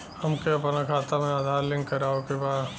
हमके अपना खाता में आधार लिंक करावे के बा?